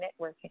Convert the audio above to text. networking